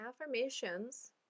affirmations